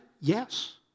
Yes